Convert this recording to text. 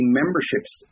memberships